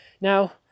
Now